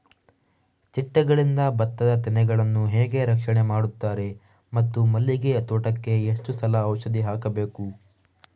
ಚಿಟ್ಟೆಗಳಿಂದ ಭತ್ತದ ತೆನೆಗಳನ್ನು ಹೇಗೆ ರಕ್ಷಣೆ ಮಾಡುತ್ತಾರೆ ಮತ್ತು ಮಲ್ಲಿಗೆ ತೋಟಕ್ಕೆ ಎಷ್ಟು ಸಲ ಔಷಧಿ ಹಾಕಬೇಕು?